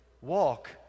Walk